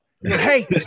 hey